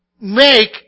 make